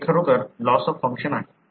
हे खरोखर loss of function आहे